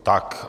Tak.